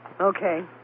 Okay